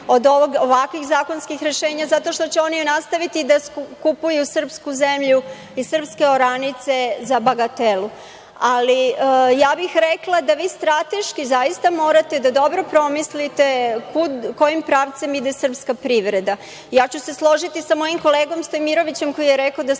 od ovakvih zakonskih rešenja zato što će oni nastaviti da kupuju srpsku zemlju i srpske oranice za bagatelu. Ali, ja bih rekla da vi strateški zaista morate da dobro promislite kojim pravcem ide srpska privreda. Složiću se sa mojim kolegom Stojmirovićem koji je rekao da ste